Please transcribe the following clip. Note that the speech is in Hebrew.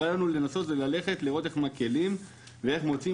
הרעיון הוא לנסות לראות איך מקלים ואיך מוציאים